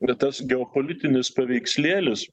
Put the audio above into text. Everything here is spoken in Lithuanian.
va tas geopolitinis paveikslėlis